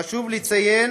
חשוב לציין